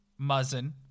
Muzzin